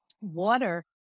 Water